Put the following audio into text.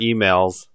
emails